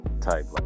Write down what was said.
type